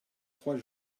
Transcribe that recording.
trois